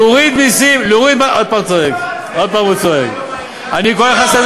להוריד מסים, להוריד מע"מ, זה נראה לך היום